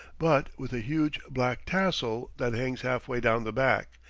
but with a huge black tassel that hangs half-way down the back,